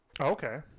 Okay